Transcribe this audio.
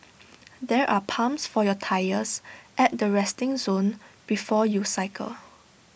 there are pumps for your tyres at the resting zone before you cycle